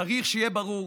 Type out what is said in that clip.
צריך שיהיה ברור: